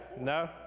no